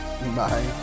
Bye